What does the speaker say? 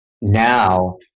now